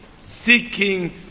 seeking